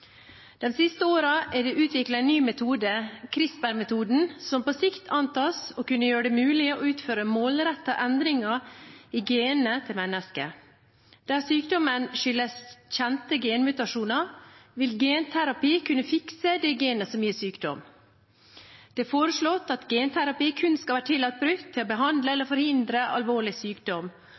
den medisinsk-teknologiske utviklingen skal komme pasienter til gode når det gjelder genetiske undersøkelser. De siste årene er det utviklet en ny metode, CRISPR-metoden, som på sikt antas å kunne gjøre det mulig å utføre målrettede endringer i genene til mennesker. Der sykdommen skyldes kjente genmutasjoner, vil genterapi kunne fikse det genet som gir sykdom. Det er foreslått at genterapi kun skal være tillatt brukt til å behandle eller